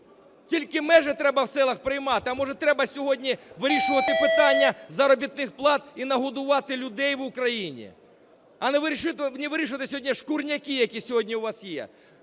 Тільки межі треба в селах приймати? А, може, треба сьогодні вирішувати питання заробітних плат і нагодувати людей в Україні, а не вирішувати сьогодні шкурняки, які сьогодні у вас є?